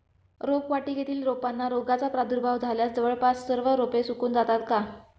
रोपवाटिकेतील रोपांना रोगाचा प्रादुर्भाव झाल्यास जवळपास सर्व रोपे सुकून जातात का?